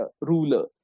ruler